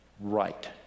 Right